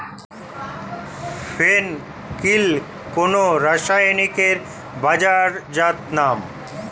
ফেন কিল কোন রাসায়নিকের বাজারজাত নাম?